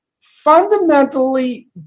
fundamentally